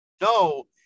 no